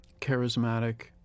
charismatic